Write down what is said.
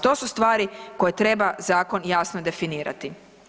To su stvari koje treba zakon jasno definirati.